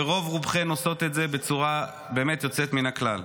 ורוב רובכן עושות את זה בצורה באמת יוצאת מן הכלל.